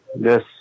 yes